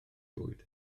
bwyd